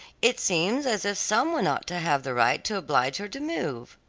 it seems as if some one ought to have the right to oblige her to move.